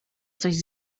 coś